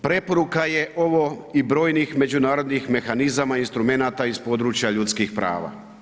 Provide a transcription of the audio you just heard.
Preporuka je ovo i brojnih međunarodnih mehanizama, instrumenata iz područja ljudskih prava.